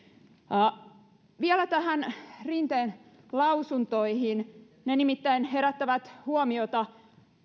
vielä rinteen lausuntoihin ne nimittäin herättävät huomiota